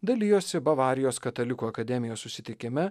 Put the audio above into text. dalijosi bavarijos katalikų akademijos susitikime